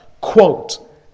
Quote